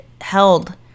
held